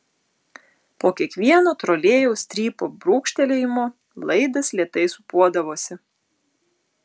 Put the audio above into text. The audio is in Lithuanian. po kiekvieno trolėjaus strypo brūkštelėjimo laidas lėtai sūpuodavosi